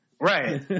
right